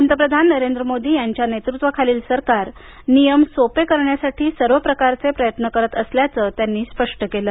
पंतप्रधान नरेंद्र मोदी यांच्या नेतृत्वाखालील सरकार नियम सोपे करण्यासाठी सर्व प्रकारचे प्रयत्न करत असल्याचं त्यांनी स्पष्ट केलं